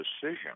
decision